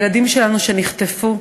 הילדים שלנו שנחטפו.